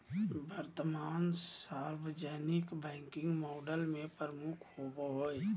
वर्तमान सार्वजनिक banking model में प्रमुख होबो हइ